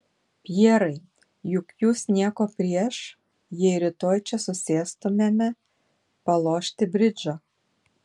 pjerai juk jūs nieko prieš jei rytoj čia susėstumėme palošti bridžo